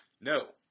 No